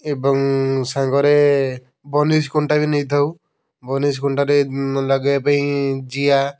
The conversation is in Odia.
ଏବଂ ସାଙ୍ଗରେ ବନିଶି କଣ୍ଟା ବି ନେଇଥାଉ ବନିଶି କଣ୍ଟାରେ ଲଗାଇବା ପାଇଁ ଜିଆ